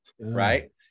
right